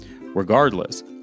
Regardless